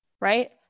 right